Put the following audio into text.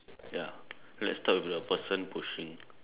ya let's talk about the person pushing